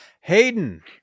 Hayden